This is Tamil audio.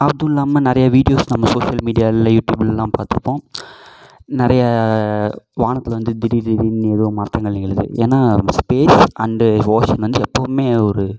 அதுவும் இல்லாமல் நிறைய வீடியோஸ் நம்ம சோஷியல் மீடியால்ல யூடியூப்லெலாம் பார்த்துருப்போம் நிறைய வானத்தில் வந்து திடீர் திடீர்னு எதோ மாற்றங்கள் நிகழுது ஏன்னால் ஸ்பேஸ் அண்டு ஓசன் வந்து எப்பவுமே ஒரு